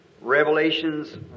Revelations